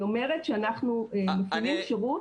אני אומרת שאנחנו נותנים שירות,